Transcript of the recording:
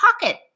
pocket